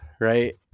right